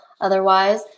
otherwise